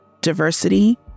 diversity